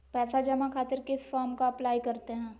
पैसा जमा खातिर किस फॉर्म का अप्लाई करते हैं?